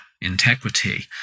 integrity